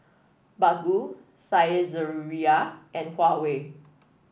Baggu Saizeriya and Huawei